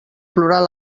plorar